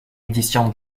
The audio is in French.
édition